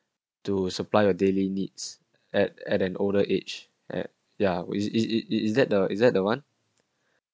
to supply of daily needs at at an older age at ya its its its that the is that the one